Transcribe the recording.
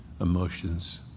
emotions